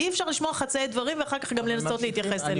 אי אפשר לשמוע חצאי דברים ואחר כך גם לנסות להתייחס אליהם.